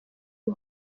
gen